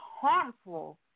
harmful